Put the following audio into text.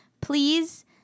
please